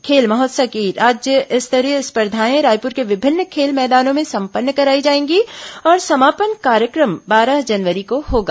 खेल महोत्सव की राज्य स्तरीय स्पर्धाएं रायपुर के विभिन्न खेल मैदानों में संपन्न कराई जाएंगी और समापन कार्यक्रम बारह जनवरी को होगा